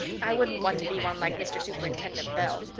i wouldn't want to be one like mr. superintendent bell.